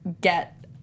get